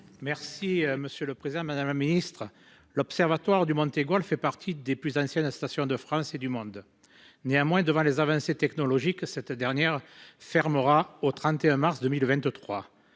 Merci, monsieur le Président Madame la Ministre l'Observatoire du Mont-Aigoual fait partie des plus anciennes stations de France et du monde. Néanmoins, devant les avancées technologiques. Cette dernière fermera au 31 mars 2023.